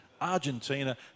Argentina